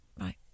Right